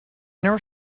never